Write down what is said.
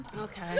Okay